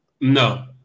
No